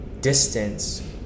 distance